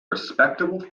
respectable